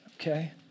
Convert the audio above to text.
okay